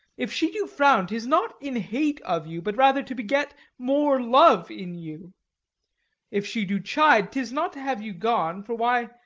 if she do frown, tis not in hate of you, but rather to beget more love in you if she do chide, tis not to have you gone, for why,